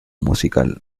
musical